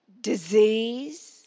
disease